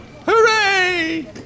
Hooray